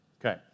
Okay